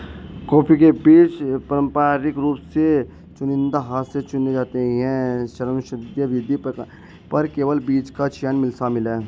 coffee के बीज पारंपरिक रूप से चुनिंदा हाथ से चुने जाते हैं, श्रमसाध्य विधि, पकने पर केवल बीज का चयन शामिल है